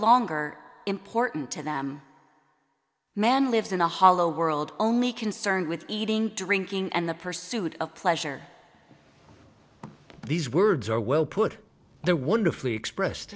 longer important to them man lives in the hollow world only concerned with eating drinking and the pursuit of pleasure these words are well put the wonderfully expressed